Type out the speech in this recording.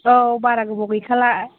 औ बारा गोबाव गैखाला